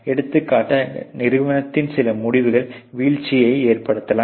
எடுத்துக்காட்டாக நிர்வாகத்தின் சில முடிவுகள் வீழ்ச்சியை ஏற்படுத்தலாம்